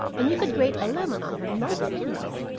and you could grate a lemon on her most anywhere,